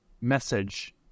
message